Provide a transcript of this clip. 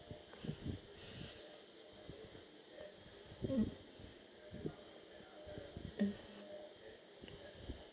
mm